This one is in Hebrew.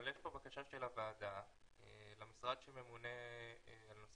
אבל יש פה בקשה של הוועדה למשרד שממונה על נושא